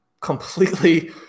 completely